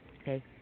Okay